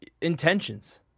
intentions